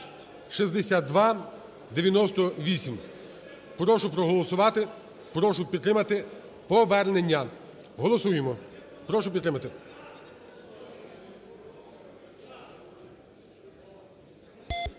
6298. Прошу проголосувати, прошу підтримати повернення. Голосуємо! Прошу підтримати.